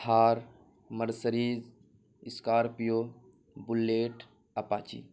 Thar Mercedes scorpio bullet apache